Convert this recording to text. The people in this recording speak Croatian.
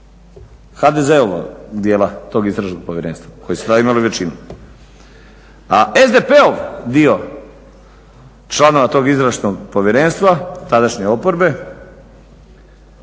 HDZ-ovog dijela tog istražnog povjerenstva koji su tada imali većinu. A SDP-ov dio članova tog izvršnog povjerenstva tadašnje oporbe